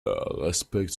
respecte